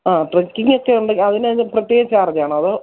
ആ ട്രക്കിങ്ങൊക്കെയുണ്ടെങ്കിൽ അതിനൊക്കെ പ്രത്യേക ചാർജാണോ അതോ